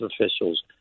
officials